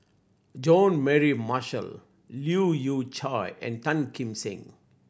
Jean Mary Marshall Leu Yew Chye and Tan Kim Seng